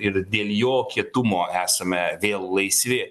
ir dėl jo kietumo esame vėl laisvi